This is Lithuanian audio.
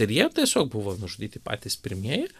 ir jie tiesiog buvo nužudyti patys pirmieji